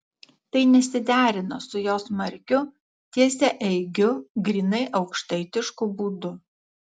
tai nesiderino su jo smarkiu tiesiaeigiu grynai aukštaitišku būdu